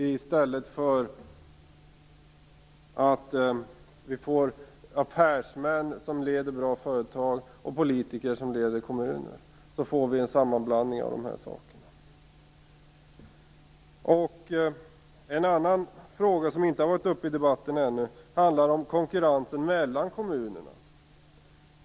I stället för att vi får affärsmän som leder bra företag och politiker som leder kommuner får vi en sammanblandning av nämnda saker. En annan fråga - den frågan har ännu inte varit uppe i debatten - handlar om konkurrensen mellan kommunerna.